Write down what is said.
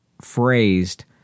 phrased